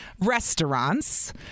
restaurants